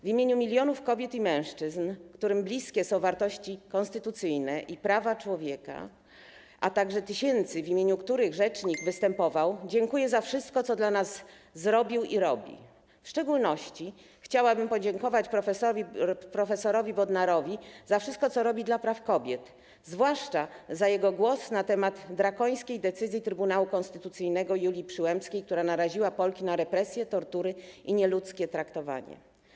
W imieniu milionów kobiet i mężczyzn, którym bliskie są wartości konstytucyjne i prawa człowieka, a także tysięcy, w imieniu których rzecznik występował, dziękuję za wszystko, co dla nas zrobił i robi, w szczególności chciałabym podziękować prof. Bodnarowi za wszystko, co robi dla praw kobiet, zwłaszcza za jego głos na temat drakońskiej decyzji Trybunału Konstytucyjnego Julii Przyłębskiej, która naraziła Polki na represje, tortury i nieludzkie traktowanie.